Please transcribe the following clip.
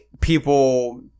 people